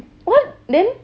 what then